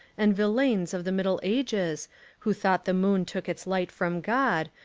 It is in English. and villeins of the middle ages who thought the moon took its light from god,